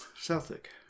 Celtic